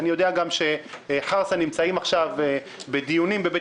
אני יודע גם שחרסה נמצא עכשיו בדיונים בבית